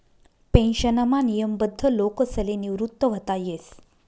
पेन्शनमा नियमबद्ध लोकसले निवृत व्हता येस